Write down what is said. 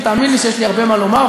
ותאמין לי שיש לי הרבה מה לומר,